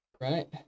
Right